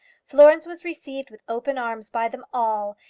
florence was received with open arms by them all,